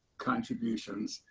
contributions,